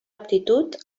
aptitud